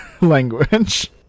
language